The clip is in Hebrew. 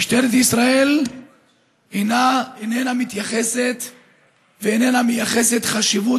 משטרת ישראל איננה מתייחסת ואיננה מייחסת חשיבות